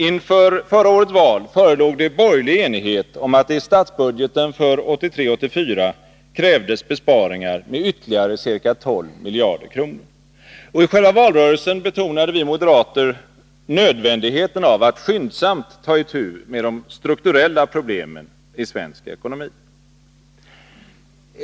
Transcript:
Inför 1982 års val förelåg det borgerlig enighet om att det i statsbudgeten för 1983/84 krävdes besparingar med ytterligare ca 12 miljarder kronor. Och i själva valrörelsen betonade vi moderater nödvändigheten av att skyndsamt ta itu med de strukturella problemen i svensk ekonomi.